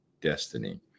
destiny